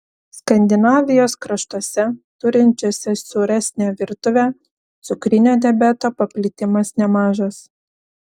skandinavijos kraštuose turinčiuose sūresnę virtuvę cukrinio diabeto paplitimas nemažas